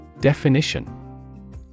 Definition